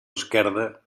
esquerda